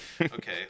okay